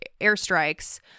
airstrikes